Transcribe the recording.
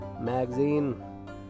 magazine